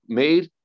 made